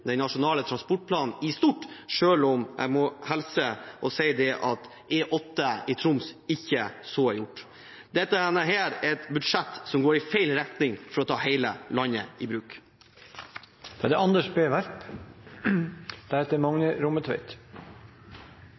den nasjonale transportplanen i stort, selv om jeg må hilse og si at så ikke er gjort med E8 i Troms. Dette er et budsjett som går i feil retning, når det gjelder å ta hele landet i bruk.